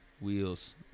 wheels